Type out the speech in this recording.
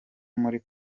muri